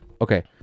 Okay